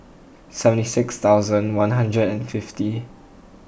seventy six thousand one hundred and fifty